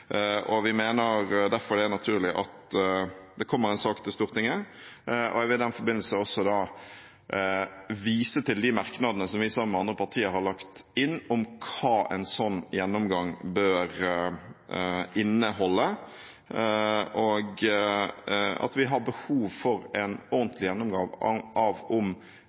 Vi mener derfor det er naturlig at det kommer en sak til Stortinget. Jeg vil i den forbindelse også vise til de merknadene som vi sammen med andre partier har lagt inn om hva en slik gjennomgang bør inneholde, og vi har behov for en ordentlig gjennomgang av om